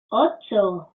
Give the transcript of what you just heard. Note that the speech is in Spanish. ocho